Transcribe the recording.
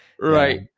Right